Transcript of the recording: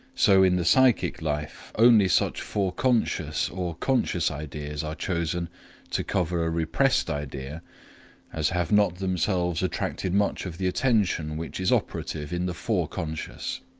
so in the psychic life only such foreconscious or conscious ideas are chosen to cover a repressed idea as have not themselves attracted much of the attention which is operative in the foreconscious.